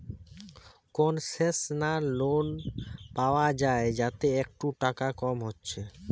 concessional loan পায়া যায় যাতে একটু টাকা কম হচ্ছে